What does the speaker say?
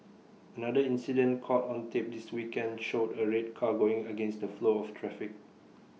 another incident caught on tape this weekend showed A red car going against the flow of traffic